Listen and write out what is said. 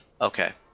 Okay